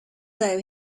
though